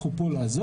אנחנו פה לעזור.